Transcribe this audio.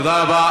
תודה רבה.